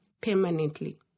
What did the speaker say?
permanently